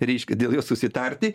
reiškia dėl jos susitarti